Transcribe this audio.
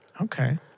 Okay